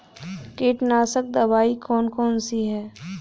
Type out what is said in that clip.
कीटनाशक दवाई कौन कौन सी हैं?